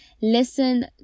listen